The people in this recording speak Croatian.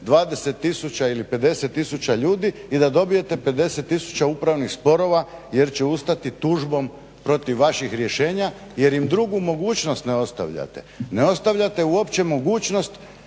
tisuća ili 50 tisuća ljudi i da dobijete 50 tisuća upravnih sporova jer će ustati tužbom protiv vaših rješenja jer im drugu mogućnost ne ostavljate. Ne ostavljate uopće mogućnost